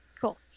Cool